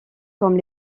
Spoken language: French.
comme